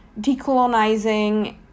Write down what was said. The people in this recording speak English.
decolonizing